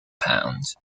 pound